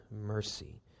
mercy